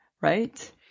right